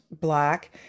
black